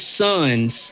sons